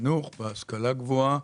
וחינוך והשכלה גבוהה